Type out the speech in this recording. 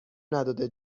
نداده